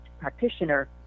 practitioner